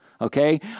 okay